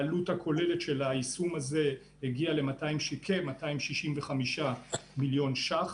העלות הכוללת של היישום הזה הגיע לכ-265 מיליון ש"ח.